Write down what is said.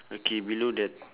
okay below that